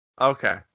Okay